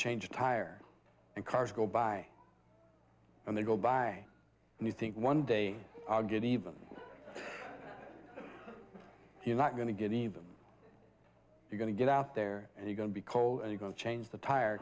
change a tire and cars go by and they go by and you think one day i'll get even you're not going to get even you're going to get out there and you're going to be cold and you're going to change the tire